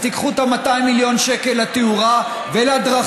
אז תיקחו את ה-200 מיליון שקל לתאורה ולדרכים,